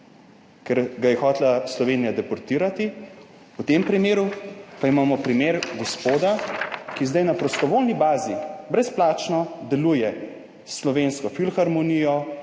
ker ga je hotela Slovenija deportirati. V tem primeru / pokaže zboru/ pa imamo primer gospoda, ki zdaj na prostovoljni bazi, brezplačno sodeluje s Slovensko filharmonijo.